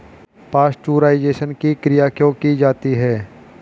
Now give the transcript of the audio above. Pasteurisation की क्रिया क्यों की जाती है?